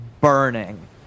burning